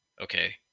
Okay